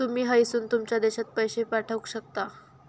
तुमी हयसून तुमच्या देशात पैशे पाठवक शकता